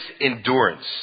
endurance